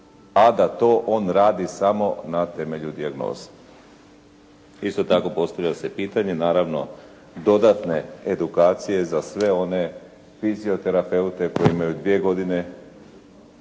da da to on radi samo na temelju dijagnoze. Isto tako postavlja se pitanje naravno dodatne edukacije za sve one fizioterapeute koji imaju dvije godine